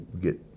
get